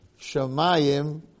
Shemayim